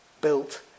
built